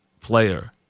player